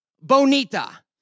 bonita